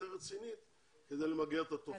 אכיפה יותר רצינית, כדי למגר את התופעה.